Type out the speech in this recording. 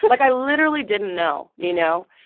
but like, i literally didn't know, you know?